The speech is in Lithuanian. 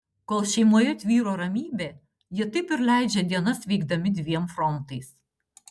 kol šeimoje tvyro ramybė jie taip ir leidžia dienas veikdami dviem frontais